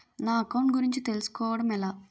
నా అకౌంట్ గురించి తెలుసు కోవడం ఎలా?